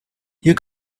you